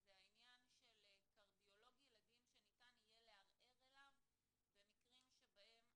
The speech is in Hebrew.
וזה העניין של קרדיולוג ילדים שניתן יהיה לערער בפניו במקרים שבהם